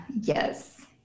yes